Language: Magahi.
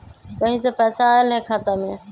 कहीं से पैसा आएल हैं खाता में?